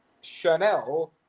Chanel